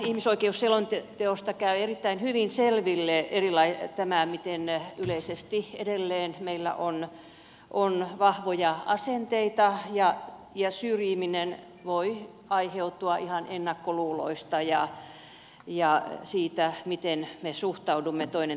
tästä ihmisoikeusselonteosta käy erittäin hyvin selville tämä miten yleisesti meillä edelleen on vahvoja asenteita ja syrjiminen voi aiheutua ihan ennakkoluuloista ja siitä miten me suhtaudumme toinen toisiimme